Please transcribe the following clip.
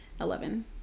eleven